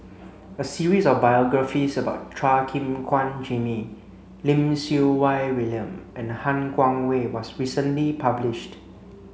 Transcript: a series of biographies about Chua Gim Guan Jimmy Lim Siew Wai William and Han Guangwei was recently published